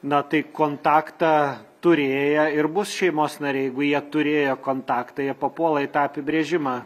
na tai kontaktą turėję ir bus šeimos nariai jeigu jie turėjo kontaktą jie papuola į tą apibrėžimą